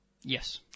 Yes